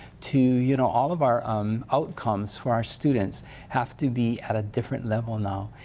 to you know all of our um outcomes for our students have to be at a different level now.